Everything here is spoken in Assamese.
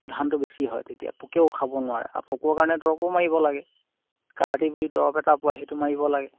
ধানটো বেছি হয় তেতিয়া পোকেও খাব নোৱাৰে আৰু পোকৰ কাৰণে দৰৱো মাৰিব লাগে কাৰাতি বুলি দৰৱ এটা পোৱা সেইটো মাৰিব লাগে